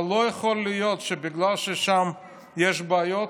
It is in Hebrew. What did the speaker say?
אבל לא יכול להיות שבגלל ששם יש בעיות,